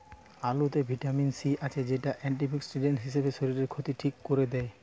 আলুতে vitamin C আছে, যেটা অ্যান্টিঅক্সিডেন্ট হিসাবে শরীরের ক্ষতি ঠিক কোরে দেয়